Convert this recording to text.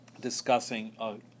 discussing